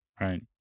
Right